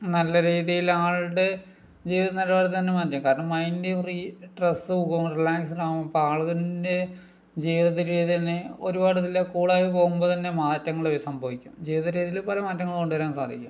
നല്ല രീതിയില് ആൾടെ ജീവിത നിലവാരത്തെ തന്നെ മാറ്റും കാരണം മൈൻഡ് ഫ്രീ സ്ട്രെസ് കോ റീലാക്സിഡ് ആവും അപ്പം ആളിൻ്റെ ജീവിത രീതി തന്നെ ഒരുപാടിതില് കൂളായി പോകുമ്പം തന്നെ മാറ്റങ്ങള് സംഭവിക്കും ജീവിത രീതിയില് കുറെ മാറ്റങ്ങൾ കൊണ്ടുവരാൻ സാധിക്കും